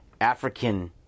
African